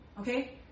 Okay